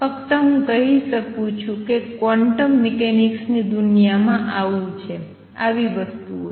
ફક્ત હું કહી શકું છું કે ક્વોન્ટમ મિકેનિક્સની દુનિયામાં આવું છે આવી વસ્તુઓ છે